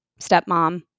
stepmom